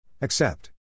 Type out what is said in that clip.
Accept